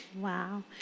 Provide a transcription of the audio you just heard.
Wow